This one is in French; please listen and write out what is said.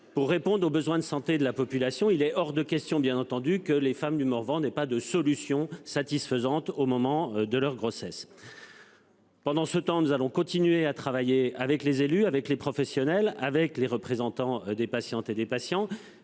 répondant aux besoins de santé de la population. Il est hors de question, bien entendu, que les femmes du Morvan n'aient pas de solution satisfaisante au moment de leur grossesse. Dans le même temps, nous continuons de travailler avec les élus, les professionnels et les représentants des patients. Plusieurs